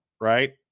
right